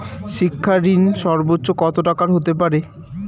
শিক্ষা ঋণ সর্বোচ্চ কত টাকার হতে পারে?